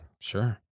Sure